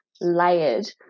layered